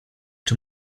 czy